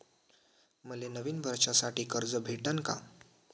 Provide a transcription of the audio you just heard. मले नवीन वर्षासाठी कर्ज भेटन का?